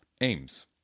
aims